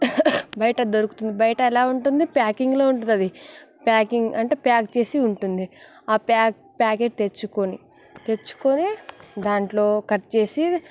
బయట దొరుకుతుంది బయట ఎలా ఉంటుంది ప్యాకింగ్లో ఉంటుంది అది ప్యాకింగ్ అంటే ప్యాక్ చేసి ఉంటుంది ఆ ప్యాక్ ప్యా ప్యాకెట్ తెచ్చుకొని దాంట్లో కట్ చేసి